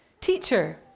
teacher